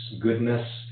goodness